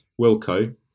Wilco